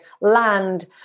land